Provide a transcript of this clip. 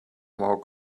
more